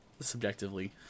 subjectively –